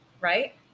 right